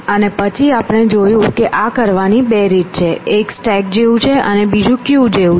અને પછી આપણે જોયું કે આ કરવાની બે રીત છે એક સ્ટેક જેવું છે અને બીજું ક્યુ જેવું છે